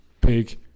big